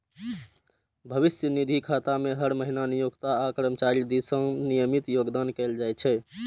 भविष्य निधि खाता मे हर महीना नियोक्ता आ कर्मचारी दिस सं नियमित योगदान कैल जाइ छै